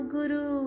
Guru